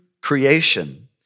creation